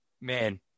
man